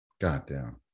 Goddamn